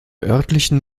örtlichen